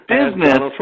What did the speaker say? business